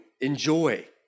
enjoy